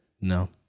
No